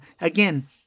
Again